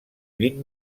vint